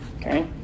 Okay